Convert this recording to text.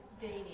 dating